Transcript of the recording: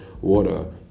water